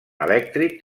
elèctric